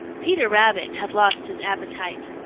peter rabbit had lost his appetite.